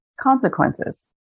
consequences